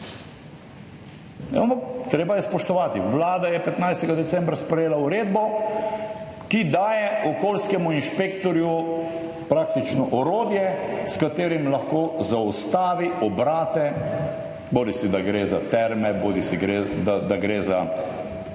treba je spoštovati. Vlada je 15. decembra sprejela uredbo, ki daje okolijskemu inšpektorju praktično orodje, s katerim lahko zaustavi obrate, bodisi da gre za terme bodisi gre, da gre za,